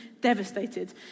devastated